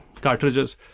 cartridges